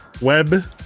web